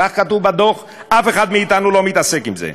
כך כתוב בדוח, ואף אחד מאתנו לא מתעסק בזה,